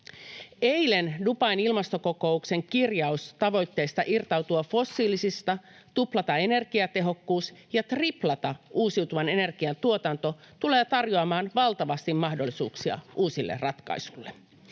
Eilen Dubain ilmastokokouksen kirjaus tavoitteesta irtautua fossiilisista, tuplata energiatehokkuus ja triplata uusiutuvan energian tuotanto tulee tarjoamaan valtavasti mahdollisuuksia uusille ratkaisuille.